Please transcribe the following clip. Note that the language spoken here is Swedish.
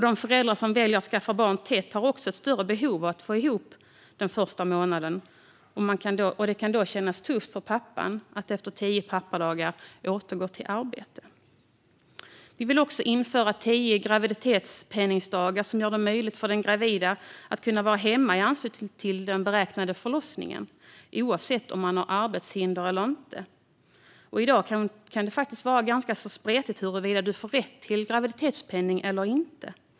De föräldrar som väljer att skaffa barn tätt har också ett större behov av att få ihop den första månaden. Det kan då kännas tufft för pappan att återgå till arbete efter tio pappadagar. Vi vill också införa tio graviditetspenningsdagar som gör det möjligt för den gravida att vara hemma i anslutning till den beräknade förlossningen, oavsett om man har arbetshinder eller inte. I dag kan det vara ganska spretigt huruvida du får rätt till graviditetspenning eller inte.